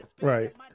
right